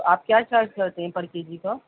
تو آپ کیا چارج کرتے ہیں پر کے جی کا